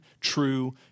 true